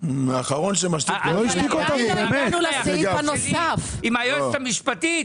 האחרון שמשתיק זה --- מערכת היחסים שלי עם היועצת המשפטית,